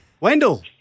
Wendell